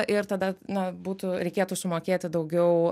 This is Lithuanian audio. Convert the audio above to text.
ir tada na būtų reikėtų sumokėti daugiau